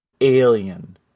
alien